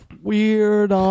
Weird